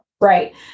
Right